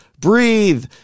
breathe